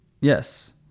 Yes